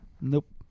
Nope